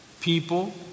people